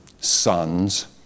Sons